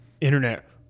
Internet